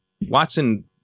Watson